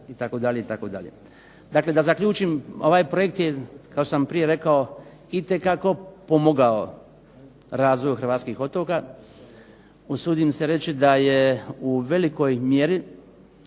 Dakle da zaključim, ovaj projekt je kao što sam prije rekao itekako pomogao razvoju hrvatskih otoka. Usudim se reći da je u velikoj mjeri